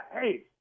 Hey